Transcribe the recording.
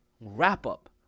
wrap-up